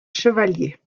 chevalier